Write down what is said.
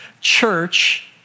church